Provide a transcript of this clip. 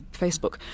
Facebook